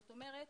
זאת אומרת,